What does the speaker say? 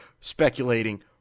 speculating